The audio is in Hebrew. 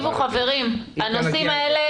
חברים, הנושאים האלה